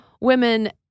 women